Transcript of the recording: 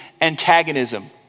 antagonism